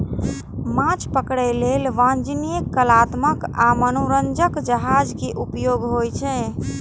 माछ पकड़ै लेल वाणिज्यिक, कलात्मक आ मनोरंजक जहाज के उपयोग होइ छै